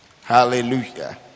hallelujah